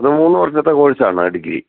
അത് മൂന്ന് വർഷത്തെ കോഴ്സാണ് ഡിഗ്രി